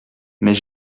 mais